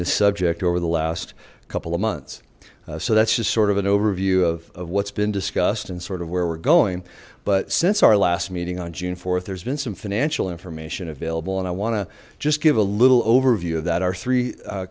this subject over the last couple of months so that's just sort of an overview of what's been discussed and sort of where we're going but since our last meeting on june th there's been some financial information available and i want to just give a little overview of that our three